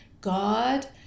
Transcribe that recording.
God